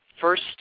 first